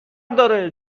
داره